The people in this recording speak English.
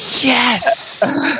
Yes